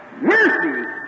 mercy